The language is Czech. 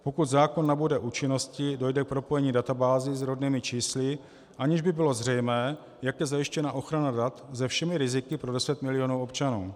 Pokud zákon nabude účinnosti, dojde k propojení databází s rodnými čísly, aniž by bylo zřejmé, jak je zajištěna ochrana dat se všemi riziky pro 10 milionů občanů.